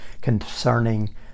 concerning